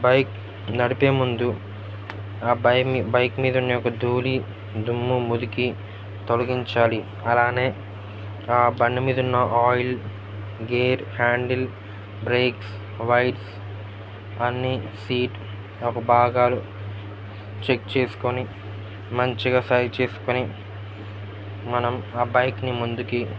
bike నడిపే ముందు ఆ బైక్ని బైక్ మీదున్న యొక్క ధూళి దుమ్ము మురికి తొలగించాలి అలానే ఆ బండి మీదున్న ఆయిల్ గేర్ హ్యాండిల్ బ్రేక్స్ వైడ్స్ అన్ని సీట్ ఒక భాగాలు చెక్ చేసుకొని మంచిగా సరిచేసుకొని మనం ఆ బైక్ని ముందుకి